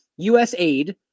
USAID